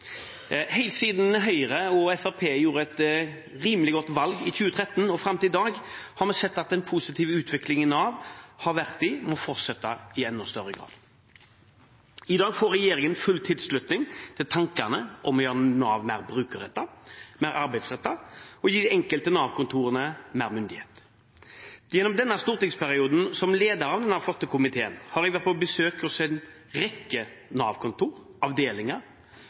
og Fremskrittspartiet gjorde et rimelig godt valg i 2013 og fram til i dag, har vi sett at den positive utviklingen Nav har hatt, må fortsette i enda større grad. I dag får regjeringen full tilslutning til tankene om å gjøre Nav mer brukerrettet, mer arbeidsrettet og å gi de enkelte Nav-kontorene mer myndighet. Gjennom denne stortingsperioden – som lederen av denne flotte komiteen – har jeg vært på besøk hos en rekke